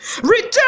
Return